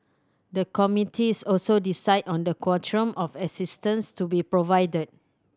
the committees also decide on the quantum of assistance to be provided